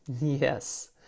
Yes